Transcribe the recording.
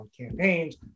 campaigns